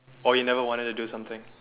or you never wanted to do something